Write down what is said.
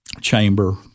chamber